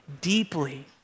deeply